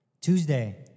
Tuesday